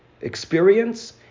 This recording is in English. experience